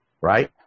right